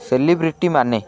ସେଲିବ୍ରିଟିମାନେ